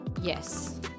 Yes